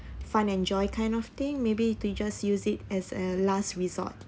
fun enjoy kind of thing maybe to just use it as a last resort